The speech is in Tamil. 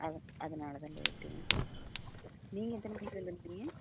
அது அதனால தான் லேட்டுங்க நீங்கள் எத்தனை மணிக்கு வந்துருந்தீங்க